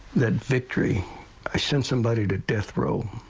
that victory i send somebody to death row.